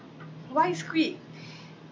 why squid